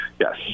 Yes